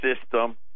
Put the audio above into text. system